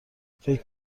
فکر